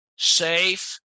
Safe